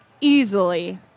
easily